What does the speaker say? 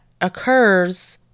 occurs